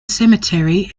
cemetery